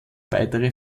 weitere